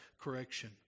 correction